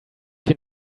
been